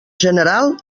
general